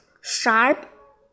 sharp